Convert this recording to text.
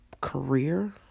career